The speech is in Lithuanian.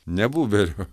ne buberio